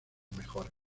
mejores